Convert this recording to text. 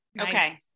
Okay